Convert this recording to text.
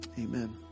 Amen